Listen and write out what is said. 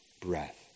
breath